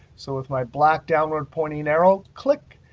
so with my black downward pointing arrow, click.